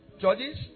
Judges